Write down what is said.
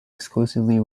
exclusively